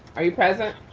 are you present?